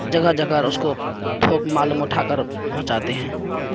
جگہ جگہ اس کو تھوک مال میں اٹھا کر پہنچاتے ہیں